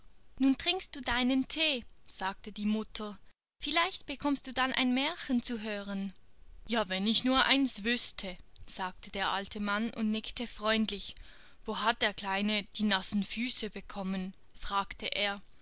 nun trinkst du deinen thee sagte die mutter vielleicht bekommst du dann ein märchen zu hören ja wenn ich nur ein neues wüßte sagte der alte mann und nickte freundlich wo hat der kleine die nassen füße bekommen fragte er